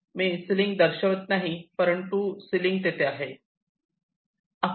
मी ceiling दर्शवित नाही परंतु सिलिंग तेथे आहे